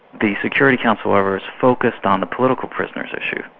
the security council however is focused on the political prisoners issues,